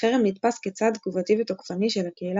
החרם נתפס כצעד "תגובתי ותוקפני" של הקהילה